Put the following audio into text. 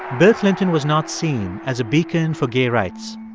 bill clinton was not seen as a beacon for gay rights.